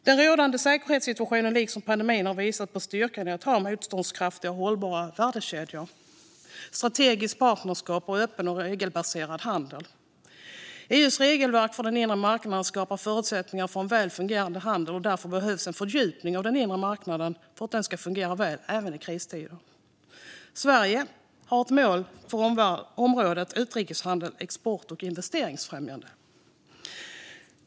Den rådande säkerhetssituationen har, liksom pandemin, visat på styrkan i att ha motståndskraftiga och hållbara värdekedjor, strategiska partnerskap och öppen och regelbaserad handel. EU:s regelverk för den inre marknaden skapar förutsättningar för en väl fungerande handel, och därför behövs en fördjupning av den inre marknaden för att den ska fungera väl även i kristider. Sverige har ett mål för området Utrikeshandel, export och investeringsfrämjande.